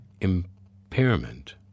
impairment